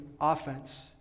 offense